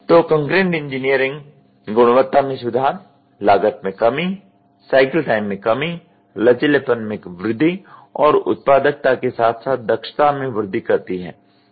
तो concurrent engineering गुणवत्ता में सुधार लागत में कमी साइकिल टाइम में कमी लचीलेपन में वृद्धि और उत्पादकता के साथ साथ दक्षता में वृद्धि करती है